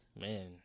man